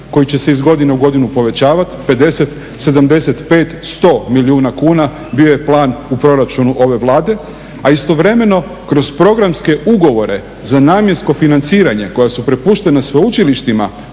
koji će se iz godine u godinu povećavat. 50, 75, 100 milijuna kuna bio je plan u proračunu ove Vlade, a istovremeno kroz programske ugovore za namjensko financiranje koja su prepuštena sveučilištima.